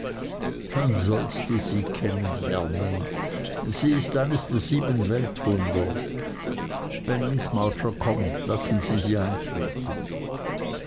dann sollst du sie kennen lernen sie ist eines der sieben weltwunder wenn miß mowcher kommt lassen sie sie eintreten